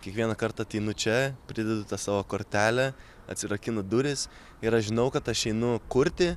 kiekvieną kartą ateinu čia pridedu tą savo kortelę atsirakinu duris ir aš žinau kad aš einu kurti